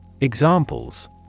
Examples